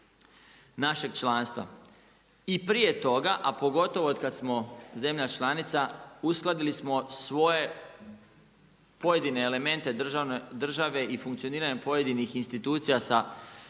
našeg članstva i prije toga, a pogotovo od kada smo zemlja članica uskladili smo svoje pojedine elemente države i funkcioniranje pojedinih institucija sa